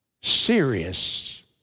Serious